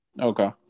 okay